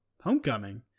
Homecoming